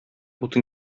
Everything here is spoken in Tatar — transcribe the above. утын